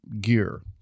gear